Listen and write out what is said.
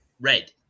red